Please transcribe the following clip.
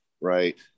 right